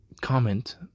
Comment